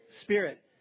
Spirit